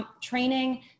training